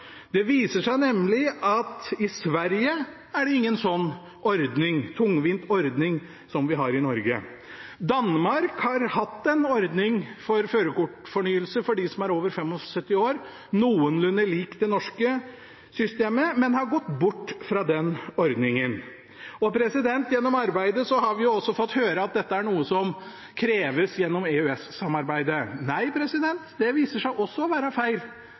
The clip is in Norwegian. Det viser seg nemlig at det i Sverige ikke er noen slik tungvint ordning som den vi har i Norge. Danmark har hatt en ordning for førerkortfornyelse for dem som er over 75 år. Den var noenlunde lik det norske systemet, men de har gått bort fra den ordningen. Gjennom arbeidet har vi også fått høre at dette er noe som kreves gjennom EØS-samarbeidet. Nei, det viste seg også å være feil.